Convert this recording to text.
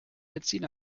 benzin